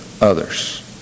others